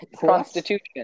Constitution